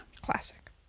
Classic